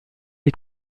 est